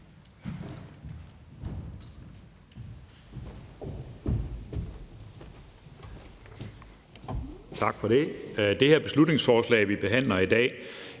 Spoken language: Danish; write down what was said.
Tak for det. Det beslutningsforslag, vi behandler i dag,